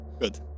Good